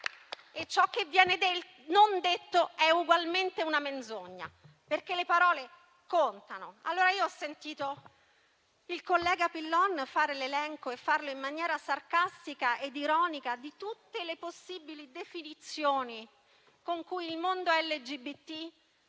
e ciò che non viene detto è ugualmente una menzogna, perché le parole contano. Ho sentito il collega Pillon fare l'elenco, in maniera anche sarcastica e ironica, di tutte le possibili definizioni con cui il mondo LGBT